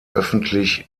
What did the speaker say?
öffentlich